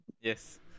Yes